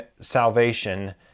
salvation